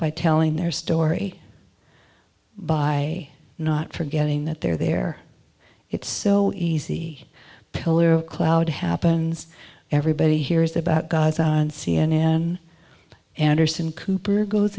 by telling their story by not forgetting that they're there it's so easy pillar of cloud happens everybody hears about guys on c n n anderson cooper goes